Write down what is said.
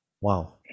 Wow